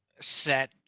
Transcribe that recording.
set